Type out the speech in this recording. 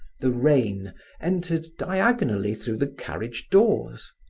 the rain entered diagonally through the carriage doors.